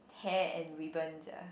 hair and ribbons ah